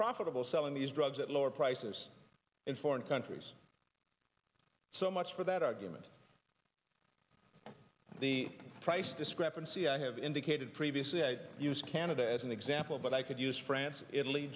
profitable selling these drugs at lower prices in foreign countries so much for that argument the price discrepancy i have indicated previously i'd use canada as an example but i could use france italy